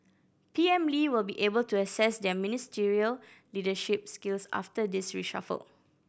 P M Lee will be able to assess their ministerial leadership skills after this reshuffle